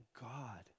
God